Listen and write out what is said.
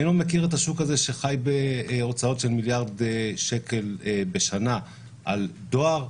אני לא מכיר את השוק הזה שחי בהוצאות של מיליארד שקל בשנה על דואר.